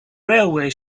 railway